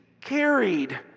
carried